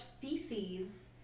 feces